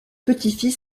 petit